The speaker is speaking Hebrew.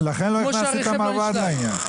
כמו שהרכב לא נשלל.